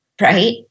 right